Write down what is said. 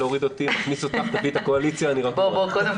ברור לכולם